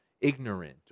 ignorant